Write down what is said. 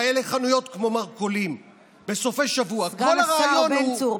חנויות כמו מרכולים בסופי שבוע, סגן השר בן צור.